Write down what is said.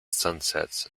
sunsets